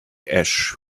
ash